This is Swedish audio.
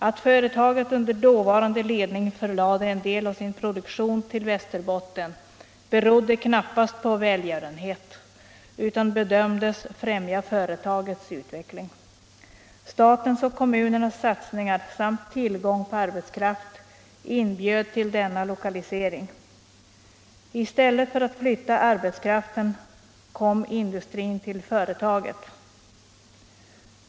Att företaget under dåvarande ledning förlade en del av sin produktion till Västerbotten berodde knappast på välgörenhet utan bedömdes främja företagets utveckling. Statens och kommunernas satsningar samt tillgång på arbetskraft inbjöd till denna lokalisering. I stället för att man skulle behöva flytta arbetskraften kom företaget.